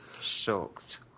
sucked